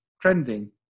trending